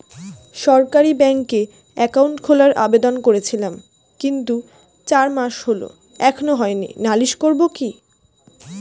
সরকারি ব্যাংকে একাউন্ট খোলার আবেদন করেছিলাম কিন্তু চার মাস হল এখনো হয়নি নালিশ করব কি?